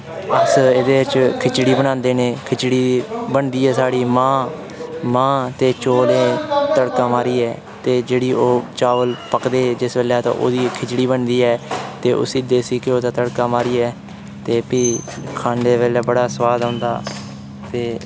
अस एह्दे च खिचड़ी बनांदे न खिचड़ी बनदी ऐ साढ़ी मांह् मांह् ते चौलें तड़का मारियै ते जेह्ड़ी ओह् चावल पकदे जिस बेल्लै ते ओह्दी खिचड़ी बनदी ऐ ते उसी देसी घ्यो दा तड़का मारियै ते फ्ही खांदे बेल्लै बड़ा सोआद औंदा ते